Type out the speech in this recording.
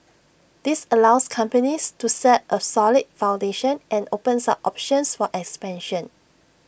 this allows companies to set A solid foundation and opens up options for expansion